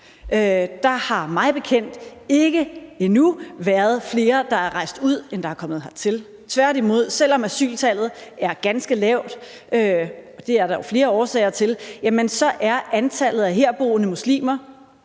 Der har mig bekendt ikke endnu været flere, der er rejst ud, end der er kommet hertil. Tværtimod, selv om asyltallet er ganske lavt, og det er der jo flere årsager til, er antallet af herboende muslimer